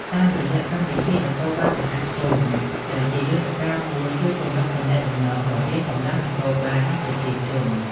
តាមរយៈ កម្មវិធីនគរបាលសហគមន៍ ដែលជាយន្តការមួយជួយពង្រឹងទំនាក់ទំនងរវាងកម្លាំងនគរបាល និងប្រជាពលរដ្ឋ។